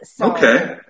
okay